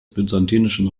byzantinischen